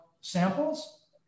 samples